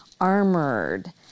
armored